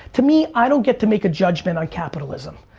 to me, i don't get to make a judgment on capitalism.